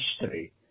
history